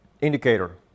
indicator